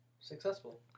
successful